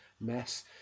mess